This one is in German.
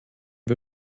wir